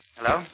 Hello